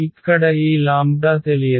ఇక్కడ ఈ లాంబ్డా తెలియదు